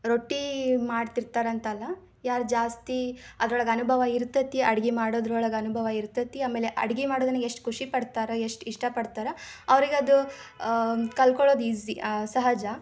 ರೊಟ್ಟಿ ಮಾಡ್ತಿರ್ತಾರಂತಲ್ಲ ಯಾರು ಜಾಸ್ತಿ ಅದ್ರೊಳಗೆ ಅನುಭವ ಇರ್ತತಿ ಅಡ್ಗೆ ಮಾಡುದ್ರೊಳಗೆ ಅನುಭವ ಇರ್ತತಿ ಆಮೇಲೆ ಅಡ್ಗೆ ಮಾಡುದನ್ನು ಎಷ್ಟು ಖುಷಿಪಡ್ತಾರ ಎಷ್ಟು ಇಷ್ಟಪಡ್ತಾರ ಅವ್ರಿಗೆ ಅದು ಕಲ್ಕೊಳೋದು ಈಝಿ ಸಹಜ